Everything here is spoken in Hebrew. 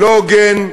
לא הוגן,